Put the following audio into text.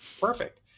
Perfect